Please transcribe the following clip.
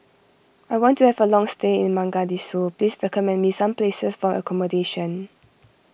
I want to have a long stay in Mogadishu please recommend me some places for your accommodation